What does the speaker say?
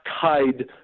tied